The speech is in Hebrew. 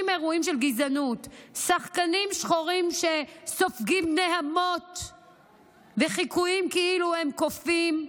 שחקנים שחורים שסופגים נהמות וחיקויים כאילו הם קופים,